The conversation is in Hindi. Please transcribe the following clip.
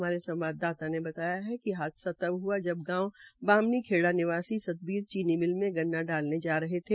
हमारे संवाददाता ने बताया कि हादसा तब हुआ जब गांव बामनी खेड़ा निवासी सतबीर चीनी मिल में गन्ना डालने आर रहे थे